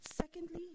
Secondly